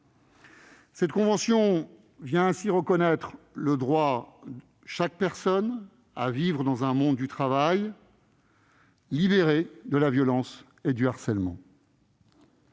Cette convention vient ainsi reconnaître le droit de chaque personne à vivre dans un monde du travail libéré de la violence et du harcèlement.